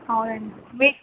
అవునండి మి